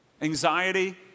Anxiety